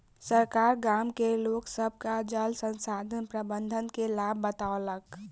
सरकार गाम के लोक सभ के जल संसाधन प्रबंधन के लाभ बतौलक